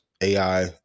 AI